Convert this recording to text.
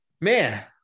man